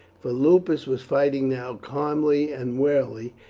for lupus was fighting now calmly and warily,